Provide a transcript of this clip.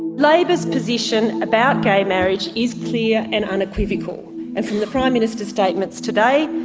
labor's position about gay marriage is clear and unequivocal, and from the prime minister's statements today,